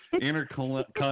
Intercontinental